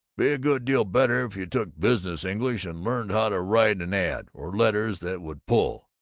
be a good deal better if you took business english, and learned how to write an ad, or letters that would pull.